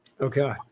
Okay